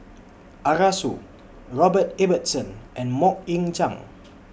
Arasu Robert Ibbetson and Mok Ying Jang